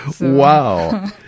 Wow